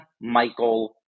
Michael